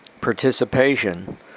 participation